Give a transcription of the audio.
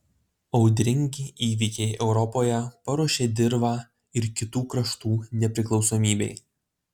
audringi įvykiai europoje paruošė dirvą ir kitų kraštų nepriklausomybei